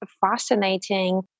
fascinating